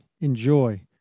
Enjoy